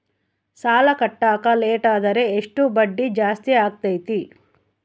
ಸಾಲ ಕಟ್ಟಾಕ ಲೇಟಾದರೆ ಎಷ್ಟು ಬಡ್ಡಿ ಜಾಸ್ತಿ ಆಗ್ತೈತಿ?